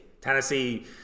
Tennessee